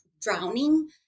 drowning